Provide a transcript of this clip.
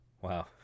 wow